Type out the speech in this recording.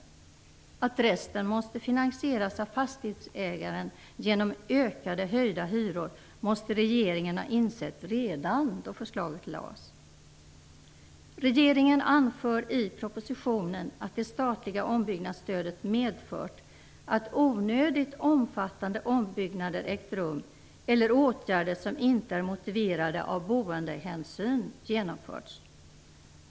Regeringen måste ha insett att resten måste finansieras av fastighetsägaren genom höjda hyror redan då förslaget lades fram. Regeringen anför i propositionen att det statliga ombyggnadsstödet medfört att onödigt omfattande ombyggnader ägt rum eller att åtgärder som inte är motiverade av boendehänsyn genomförts.